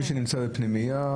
מי שנמצא בפנימייה,